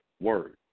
word